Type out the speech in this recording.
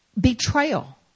Betrayal